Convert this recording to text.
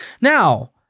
Now